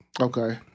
Okay